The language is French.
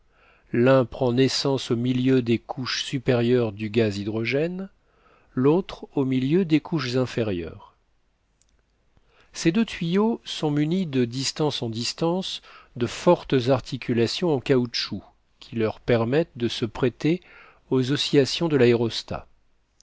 l'un prend naissance au milieu des couches supérieures du gaz hydrogène l'autre au milieu des couches inférieures ces deux tuyaux sont munis de distance en distance de fortes articulations en caoutchouc qui leur permettent de se prêter aux oscillations de l'aérostat